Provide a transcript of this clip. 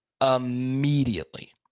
Immediately